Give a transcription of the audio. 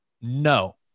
No